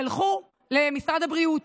תלכו למשרד הבריאות.